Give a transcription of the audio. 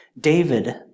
David